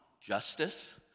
justice